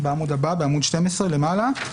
בעמוד 12 למעלה,